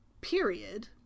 Period